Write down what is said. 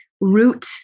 root